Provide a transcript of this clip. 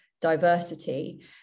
diversity